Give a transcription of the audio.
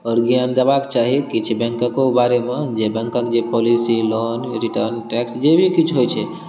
आओर ज्ञान देबाक चाही किछु बैंकके बारे मे जे बैंकके जे पॉलिसी लोन रिटर्न टैक्स जे भी किछु होइ छै